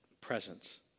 presence